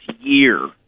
year